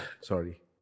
Sorry